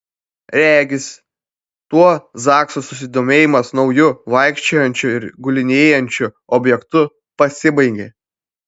regis tuo zakso susidomėjimas nauju vaikščiojančiu ir gulinėjančiu objektu pasibaigė